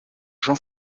jean